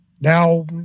Now